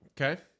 Okay